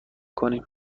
کنیم